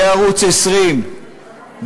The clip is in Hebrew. זה ערוץ 20 בטלוויזיה,